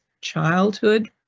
childhood